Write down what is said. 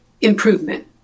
Improvement